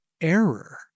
error